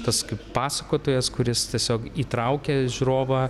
tas kaip pasakotojas kuris tiesiog įtraukia žiūrovą